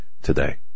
today